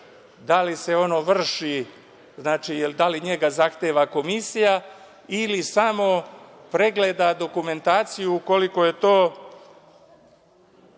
da li se ono vrši, odnosno da li njega zahteva komisija ili samo pregleda dokumentaciju ukoliko je to